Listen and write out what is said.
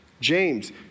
James